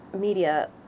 media